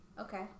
Okay